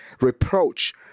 reproach